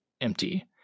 empty